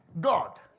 God